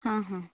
हां हां